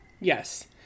Yes